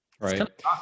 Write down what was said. Right